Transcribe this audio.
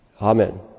Amen